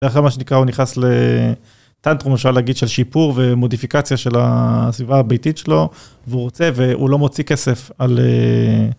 ואחרי מה שנקרא, הוא נכנס לטאנטרום, אפשר להגיד, של שיפור ומודיפיקציה של הסביבה הביתית שלו, והוא רוצה, והוא לא מוציא כסף על...